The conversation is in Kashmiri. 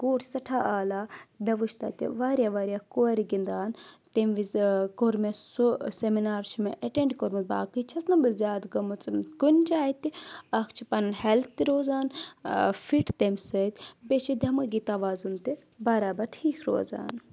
کوٗر چھِ سؠٹھاہ عالیٰ مےٚ وٕچھ تَتہِ واریاہ واریاہ کورِ گِنٛدان تَمۍ وِز کوٚر مےٚ سُہ سَیمِنار چھُ مےٚ اؠٹؠنٛڈ کوٚرمُت باقٕے چھَس نہٕ بہٕ زیادٕ گٔمٕژ کُنہِ جایہِ تہِ اَکھ چھِ پَنُن ہیٚلتھ تہِ روزان فِٹ تمہِ سۭتۍ بیٚیہِ چھِ دؠمٲغی تَوازُن تہِ برابر ٹھیٖک روزان